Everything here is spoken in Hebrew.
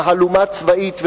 מהלומה צבאית,